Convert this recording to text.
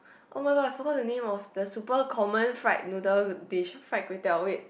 [oh]-my-god I forgot the name of the super common fried noodle dish fried kway-teow wait